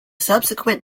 subsequent